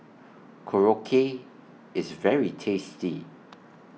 Korokke IS very tasty